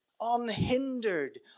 Unhindered